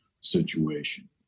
situation